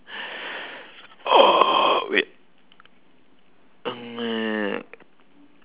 wait mm